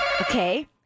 Okay